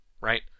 right